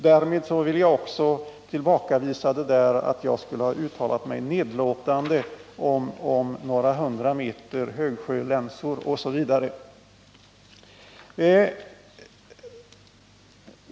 Därmed vill jag också tillbakavisa påståendet att jag skulle ha uttalat mig nedlåtande om några hundra meters högsjölänsor osv.